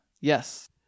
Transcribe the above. Yes